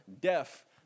deaf